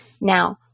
Now